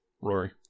Rory